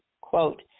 quote